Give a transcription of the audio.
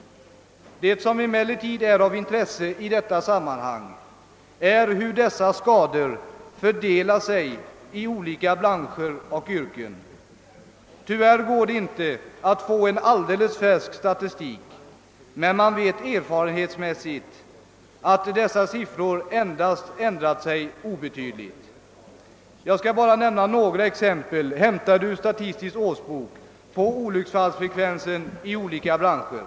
Det som emellertid är av intresse i detta sammanhang är hur dessa skador fördelas på olika branscher och yrken. Tyvärr går det inte att få alldeles färsk statistik om detta, men erfarenhetsmässigt vet man att dessa skador vad kvantiteten beträffar endast ändrat sig obetydligt. Jag skall bara nämna några exempel, hämtade ur Statistisk årsbok, på olycksfallsfrekvensen i olika branscher.